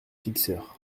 fixer